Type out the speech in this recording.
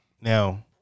Now